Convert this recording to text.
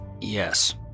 Yes